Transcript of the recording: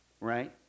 Right